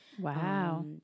Wow